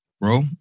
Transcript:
Bro